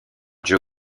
joe